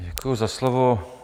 Děkuji za slovo.